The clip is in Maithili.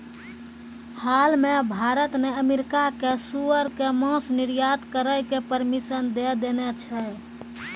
हाल मॅ भारत न अमेरिका कॅ सूअर के मांस निर्यात करै के परमिशन दै देने छै